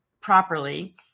properly